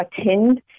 attend